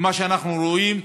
מה שאנחנו רואים,